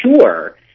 sure